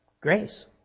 Grace